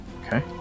Okay